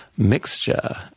mixture